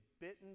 bitten